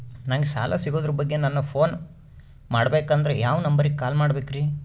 ನಂಗೆ ಸಾಲ ಸಿಗೋದರ ಬಗ್ಗೆ ನನ್ನ ಪೋನ್ ಮಾಡಬೇಕಂದರೆ ಯಾವ ನಂಬರಿಗೆ ಕಾಲ್ ಮಾಡಬೇಕ್ರಿ?